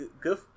good